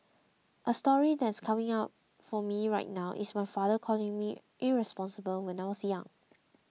a story that's coming up for me right now is my father calling me irresponsible when I was young